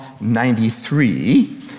93